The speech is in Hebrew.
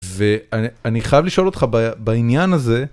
ואני חייב לשאול אותך בעניין הזה.